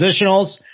positionals